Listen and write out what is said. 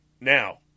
Now